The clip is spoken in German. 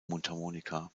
mundharmonika